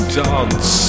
dance